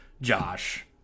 Josh